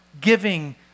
giving